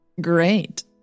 Great